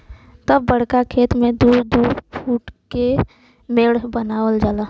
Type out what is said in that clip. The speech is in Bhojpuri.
तब बड़का खेत मे दू दू फूट के मेड़ बनावल जाए